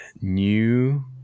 new